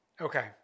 Okay